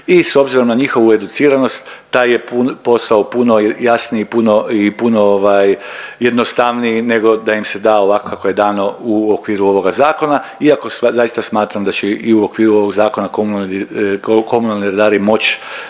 i s obzirom na njihovu educiranost taj je posao puno jasniji i puno jednostavniji nego da im se da ovako kako je dano u okviru ovoga zakona, iako zaista smatram da će i u okviru ovog zakona komunalni redari moć